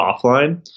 offline